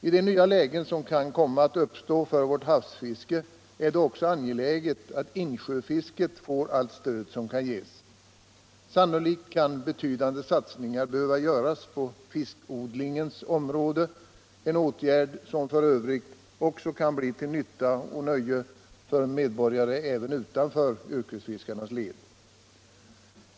I de nya lägen som kan komma att uppstå för vårt havsfiske är det också angeläget att insjöfisket får allt stöd som kan ges. Sannolikt kan betydande satsningar behöva göras på fiskodlingens område, åtgärder som f. ö. kan bli till nytta och nöje för medborgare även utanför yrkesfiskarnas led.